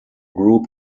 group